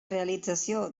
realització